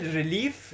relief